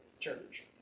church